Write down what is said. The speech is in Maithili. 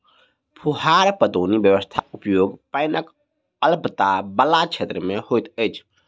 फुहार पटौनी व्यवस्थाक उपयोग पाइनक अल्पता बला क्षेत्र मे होइत अछि